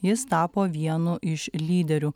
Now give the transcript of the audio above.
jis tapo vienu iš lyderių